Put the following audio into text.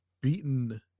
beaten